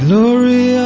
Glory